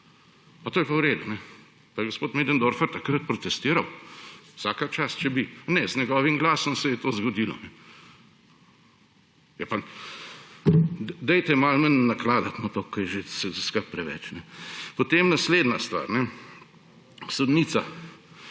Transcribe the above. A to je pa v redu?! Pa je gospod Möderndorfer takrat protestiral? Vsaka čast, če bi. Ne, z njegovim glasom se je to zgodilo. Dajte malo manj nakladati, to je že vse skupaj preveč. Potem naslednja stvar. Sodnica